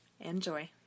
enjoy